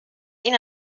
این